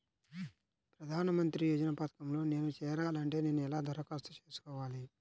ప్రధాన మంత్రి యోజన పథకంలో నేను చేరాలి అంటే నేను ఎలా దరఖాస్తు చేసుకోవాలి?